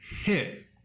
hit